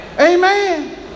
Amen